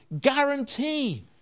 guarantee